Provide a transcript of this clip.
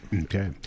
Okay